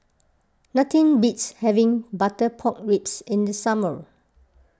nothing beats having Butter Pork Ribs in the summer